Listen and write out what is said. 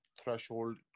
threshold